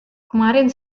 kemarin